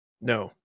No